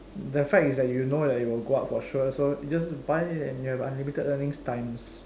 the fact is that you know it will go up for sure so you just buy it and you have unlimited earning times